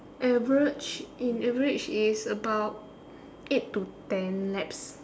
average in average is about eight to ten laps